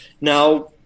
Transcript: Now